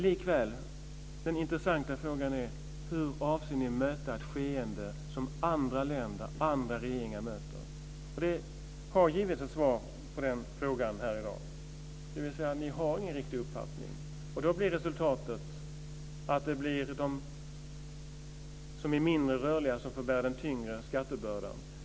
Likväl är den intressanta frågan: Hur avser ni att möta ett skeende som andra länder och andra regeringar möter? Det har givits ett svar på den frågan här i dag, och det är att ni inte har någon riktig uppfattning. Då blir resultatet att det blir de som är mindre rörliga som får bära den tyngre skattebördan.